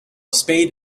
spade